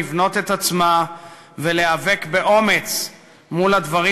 לבנות את עצמה ולהיאבק באומץ מול הדברים